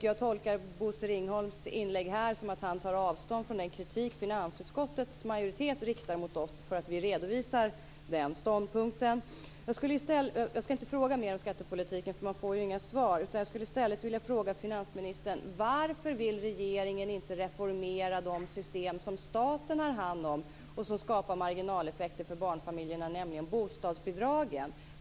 Jag tolkar Bosse Ringholms inlägg som att han tar avstånd från den kritik som finansutskottets majoritet riktar mot oss för att vi redovisar den ståndpunkten. Jag skall inte fråga mer om skattepolitiken för man får ju inga svar. I stället skulle jag vilja fråga finansministern varför regeringen inte vill reformera de system som staten har hand om och som skapar marginaleffekter för barnfamiljerna, nämligen bostadsbidragen.